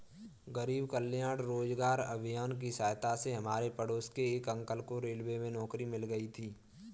गरीब कल्याण रोजगार अभियान की सहायता से हमारे पड़ोस के एक अंकल को रेलवे में नौकरी मिल गई थी